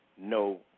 no